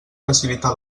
facilitar